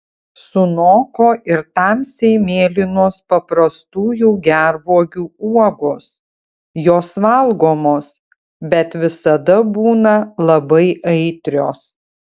sunoko ir tamsiai mėlynos paprastųjų gervuogių uogos jos valgomos bet visada būna labai aitrios